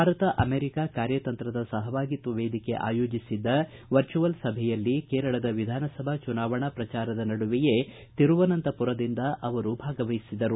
Bharat America ಕಾರ್ಯತಂತ್ರದ ಸಹಭಾಗಿತ್ವ ವೇದಿಕೆ ಆಯೋಜಿಸಿದ್ದ ವರ್ಚುವಲ್ ಸಭೆಯಲ್ಲಿ ಕೇರಳದ ವಿಧಾನಸಭಾ ಚುನಾವಣಾ ಪ್ರಚಾರದ ನಡುವೆಯೇ ತಿರುವನಂತರಪುರದಿಂದಲೇ ಅವರು ಭಾಗವಹಿಸಿದರು